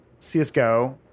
csgo